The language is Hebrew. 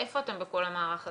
איפה אתם בכל המערך הזה.